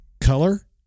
color